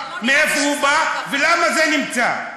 מאיפה הוא בא ולמה זה נמצא.